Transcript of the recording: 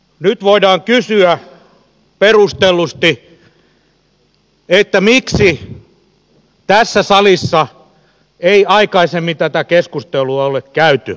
nyt voidaan kysyä perustellusti miksi tässä salissa ei aikaisemmin tätä keskustelua ole käyty